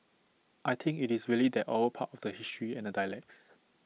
I think IT is really that oral part of the history and the dialects